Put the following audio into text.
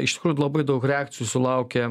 iš tikrųjų labai daug reakcijų sulaukė